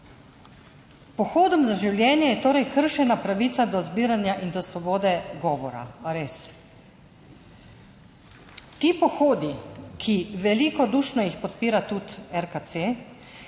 Pohodom za življenje je torej kršena pravica do zbiranja in do svobode govora – a res? Ti pohodi, ki jih velikodušno podpira tudi RKC,